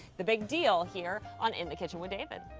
the big deal here on in the kitchen with david.